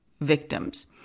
victims